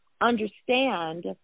understand